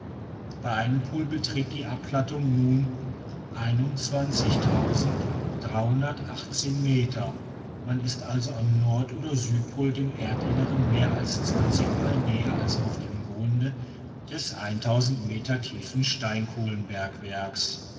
bei einem pol beträgt die abplattung nun meter man ist also am nord oder südpol dem erdinnern mehr als zwanzigmal näher als auf dem grunde des eintausend meter tiefen steinkohlenbergwerks